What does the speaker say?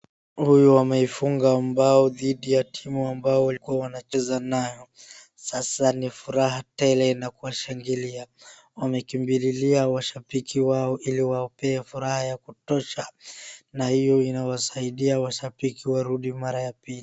Huyu ameifuga mbao dhidi ya timu ambao walikuwa wanacheza nayo. Sasa ni furaha tele na kuwashangilia. Wamekimbililia washambiki wao ili wapee furaha ya kutosha na hio inawasaidia washambiki warudi mara ya pili.